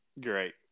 great